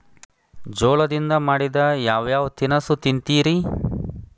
ಜೋಳದಿಂದ ಮಾಡಿದ ಯಾವ್ ಯಾವ್ ತಿನಸು ತಿಂತಿರಿ?